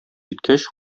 җиткәч